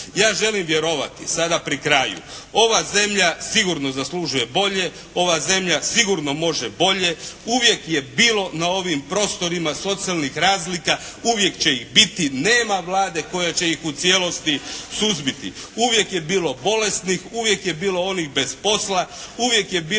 Ja želim vjerovati sada pri kraju ova zemlja sigurno zaslužuje bolje, ova zemlja sigurno može bolje. Uvijek je bilo na ovim prostorima socijalnih razlika, uvijek će ih i biti. Nema vlade koja će ih u cijelosti suzbiti. Uvijek je bilo bolesnih, uvijek je bilo onih bez posla, uvijek je bilo